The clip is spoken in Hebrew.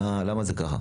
למה זה ככה?